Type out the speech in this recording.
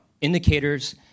Indicators